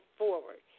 forward